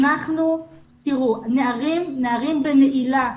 נערים בנעילה,